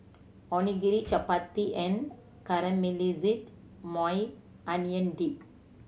Onigiri Chapati and Caramelized Maui Onion Dip